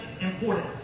important